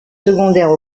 secondaires